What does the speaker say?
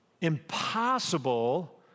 Impossible